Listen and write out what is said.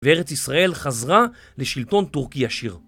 וארץ ישראל חזרה לשלטון טורקי עשיר.